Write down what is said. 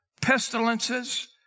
pestilences